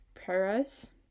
Paris